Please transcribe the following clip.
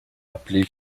appelé